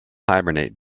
hibernate